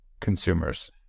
consumers